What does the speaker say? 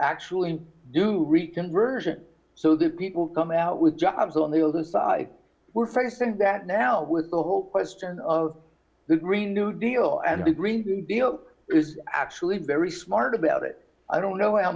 actually do reconversion so that people come out with jobs on the other side we're facing that now with the whole question of the green new deal and the green deal is actually very smart about it i don't know how